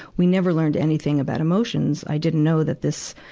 we never learned anything about emotions. i didn't know that this,